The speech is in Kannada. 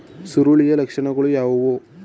ಸುರುಳಿಯ ಲಕ್ಷಣಗಳು ಯಾವುವು?